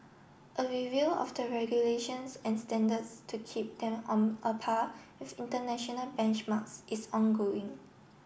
a review of the regulations and standards to keep them on a par with international benchmarks is ongoing